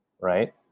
right